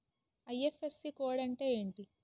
IFSC code అంటే ఏంటి?